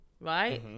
right